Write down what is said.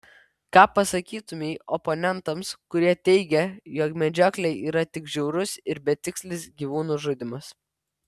ką pasakytumei oponentams kurie teigia jog medžioklė yra tik žiaurus ir betikslis gyvūnų žudymas